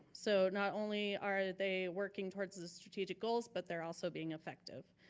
so not only are they working towards the strategic goals, but they're also being effective.